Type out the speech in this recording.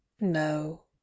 no